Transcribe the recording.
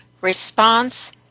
response